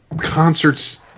concerts